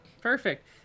Perfect